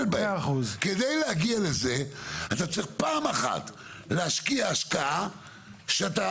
כדי להגיע לזה אתה צריך פעם אחת להשקיע השקעה שאתה